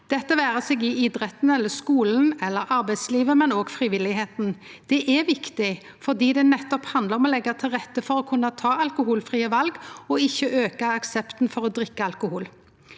det vere seg i idretten, i skulen eller i arbeidslivet, men òg i frivilligheita. Det er viktig fordi det nettopp handlar om å leggje til rette for å kunne ta alkoholfrie val og ikkje auke aksepten for å drikke alkohol.